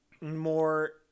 more